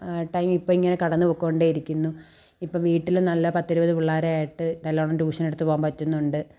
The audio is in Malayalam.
ടൈം ഇപ്പോൾ ഇങ്ങനെ കടന്നു പോയിക്കൊണ്ടേയിരിക്കുന്നു ഇപ്പോൾ വീട്ടിൽ നല്ല പത്തിരുപത് പിള്ളേരായിട്ട് നല്ലോണം ട്യൂഷൻ എടുത്ത് പോവാൻ പറ്റുന്നുണ്ട്